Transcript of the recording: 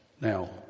Now